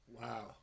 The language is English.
Wow